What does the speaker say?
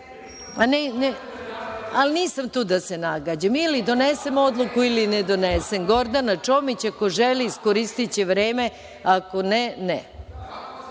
ministra.)Nisam tu da se nagađam. Ili donesem odluku ne donesem. Gordana Čomić, ako želi iskoristiće vreme, ako ne,